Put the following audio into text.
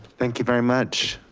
thank you very much.